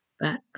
back